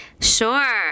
Sure